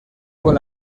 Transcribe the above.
con